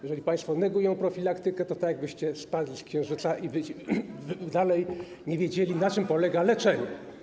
Jeżeli państwo negują profilaktykę, to jest tak, jakbyście spadli z księżyca i dalej nie wiedzieli, na czym polega leczenie.